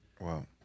Wow